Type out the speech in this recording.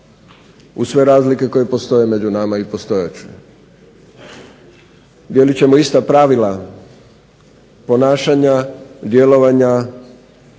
uz sve razlike koje postoje među nama i postajat će. Dijelit ćemo ista pravila ponašanja, djelovanja,